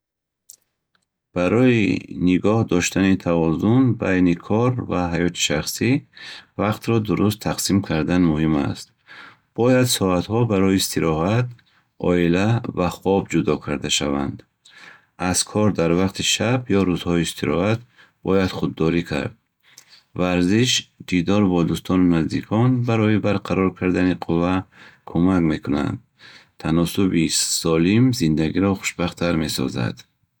Барои нигоҳ доштани тавозун байни кор ва ҳаёти шахсӣ, вақтро дуруст тақсим кардан муҳим аст. Бояд соатҳо барои истироҳат, оила ва хоб ҷудо карда шаванд. Аз кор дар вақти шаб ё рӯзҳои истироҳат бояд худдорӣ кард. Варзиш, дидор бо дӯстону наздикон барои барқарор кардани қувва кӯмак мекунад. Таносуби солим зиндагиро хушбахттар месозад.